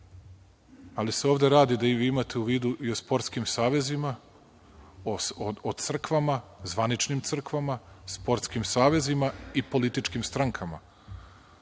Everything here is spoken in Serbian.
ali se ovde radi da i vi imate u vidu i o sportskim savezima, o crkvama, zvaničnim crkvama, sportskim savezima i političkim strankama.